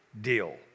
deal